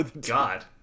God